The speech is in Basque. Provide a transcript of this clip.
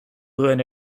duen